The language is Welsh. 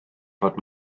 fod